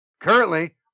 Currently